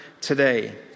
today